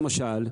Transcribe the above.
למשל,